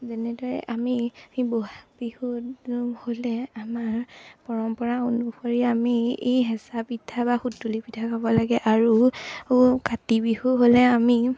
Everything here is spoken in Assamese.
যেনেদৰে আমি বহাগ বিহু হ'লে আমাৰ পৰম্পৰা অনুসৰি আমি এই হেঁচা পিঠা বা সুতুলি পিঠা খাব লাগে আৰু ও কাতি বিহু হ'লে আমি